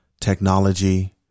technology